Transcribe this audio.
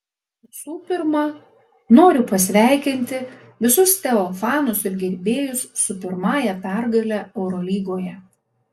visų pirma noriu pasveikinti visus teo fanus ir gerbėjus su pirmąja pergale eurolygoje